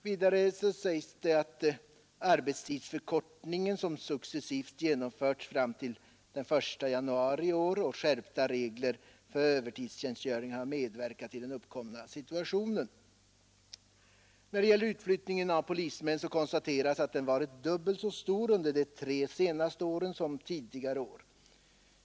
Vidare sägs det att arbetstidsförkortningen, som successivt genomförts fram till den 1 januari i år, och skärpta regler för övertidstjänstgöring har medverkat till den uppkomna situationen. När det gäller utflyttningen av polismän konstateras att den varit dubbel så stor under de tre senaste åren som tidigare år.